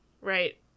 Right